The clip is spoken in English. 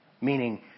meaning